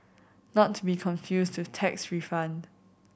not to be confused with tax refund